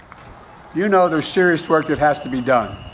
you know there's serious work that has to be done.